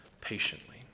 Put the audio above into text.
patiently